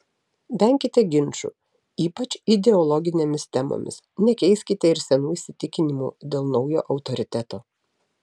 venkite ginčų ypač ideologinėmis temomis nekeiskite ir senų įsitikinimų dėl naujo autoriteto